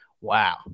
Wow